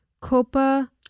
copa